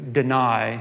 deny